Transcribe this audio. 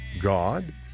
God